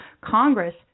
Congress